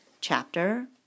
chapter